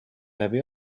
läbi